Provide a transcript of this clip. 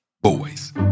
boys